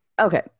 Okay